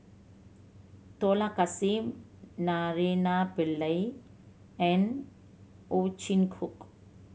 Dollah Kassim Naraina Pillai and Ow Chin Hock